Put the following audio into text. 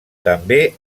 també